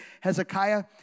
Hezekiah